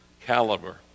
caliber